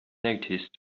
noticed